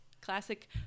classic